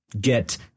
get